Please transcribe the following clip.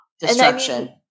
Destruction